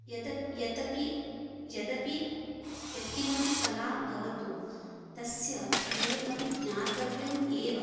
यत् यदपि यदपि यत्किमपि कला भवतु तस्य मूलं ज्ञातव्यम् एव